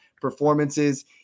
performances